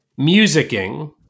musicking